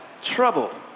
trouble